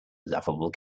lovable